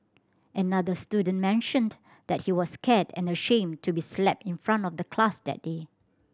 another student mentioned that he was scared and ashamed to be slapped in front of the class that day